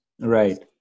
Right